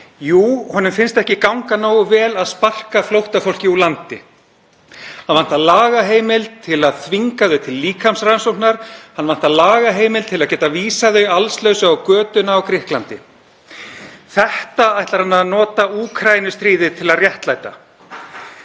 Jú, honum finnst ekki ganga nógu vel að sparka flóttafólki úr landi. Það vantar lagaheimild til að þvinga þau til líkamsrannsóknar, hann vantar lagaheimild til að geta vísað þeim allslausu á götuna í Grikklandi. Þetta ætlar hann að nota Úkraínustríðið til að réttlæta.